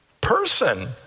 person